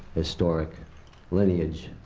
historic lineage,